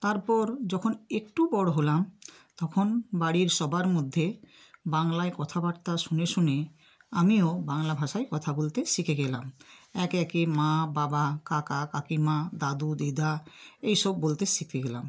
তারপর যখন একটু বড়ো হলাম তখন বাড়ির সবার মধ্যে বাংলায় কথাবার্তা শুনে শুনে আমিও বাংলা ভাষায় কথা বলতে শিখে গেলাম একে একে মা বাবা কাকা কাকিমা দাদু দিদা এইসব বলতে শিখে গেলাম